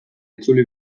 itzuli